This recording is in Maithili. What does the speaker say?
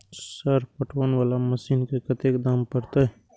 सर पटवन वाला मशीन के कतेक दाम परतें?